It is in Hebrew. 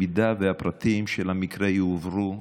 אם הפרטים של המקרה יועברו,